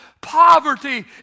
Poverty